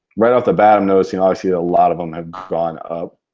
right off the bat, i'm noticing obviously a lot of them have gone up.